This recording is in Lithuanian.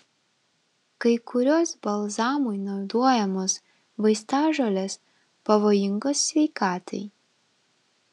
kai kurios balzamui naudojamos vaistažolės pavojingos sveikatai